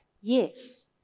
Yes